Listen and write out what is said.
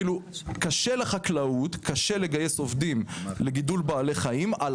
קשה לחקלאות לגייס עובדים לגידול בעלי חיים ,על